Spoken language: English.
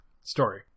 story